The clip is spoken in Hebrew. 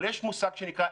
אבל יש מושג שנקרא,